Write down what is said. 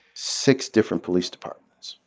six different police departments.